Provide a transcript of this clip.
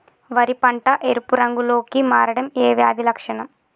వరి పంట ఎరుపు రంగు లో కి మారడం ఏ వ్యాధి లక్షణం?